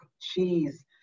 cheese